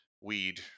weed